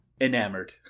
Enamored